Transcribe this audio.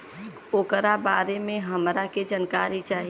ओकरा बारे मे हमरा के जानकारी चाही?